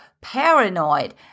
paranoid